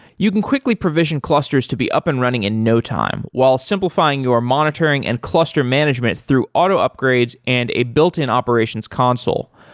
you can quickly provision clusters to be up and running in no time, while simplifying your monitoring and cluster management through auto upgrades and a built-in operations console.